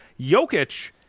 Jokic